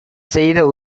செய்த